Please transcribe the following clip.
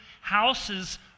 houses